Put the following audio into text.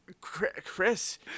Chris